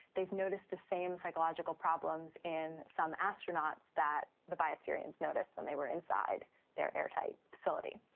they've noticed the same psychological problems in some astronauts that the biospherians noticed when they were inside their airtight facility.